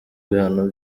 ibihano